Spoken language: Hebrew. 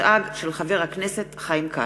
התשע"ג 2013, של חבר הכנסת חיים כץ,